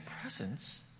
presence